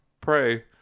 pray